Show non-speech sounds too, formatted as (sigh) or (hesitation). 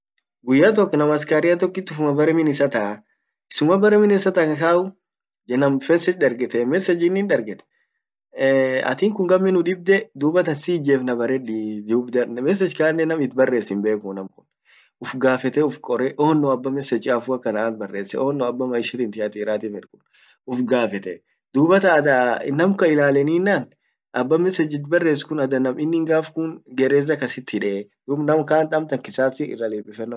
guyya tok nam askaria tokkit fuldur bare min issa taa, issuma bare min issa (unintelligible) message innin darget (hesitation) atin kun gammi nudibde, dubatan siijefna barredi (unintelligible) message kannen nam it barres himbekuu namu ufgafete ufkorre onno abba message chafu akasi ant barres ,onno abba maisha tinti athirati fed ufgafetee, dubatan ada nam kan ilalelinan abba message it barress kun ada nam innin gaf kun gereza kasit hide, dub nam kant amtan kisasi irra lipiffeno fedaa.